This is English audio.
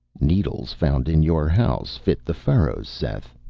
needles found in your house fit the furrows, seth.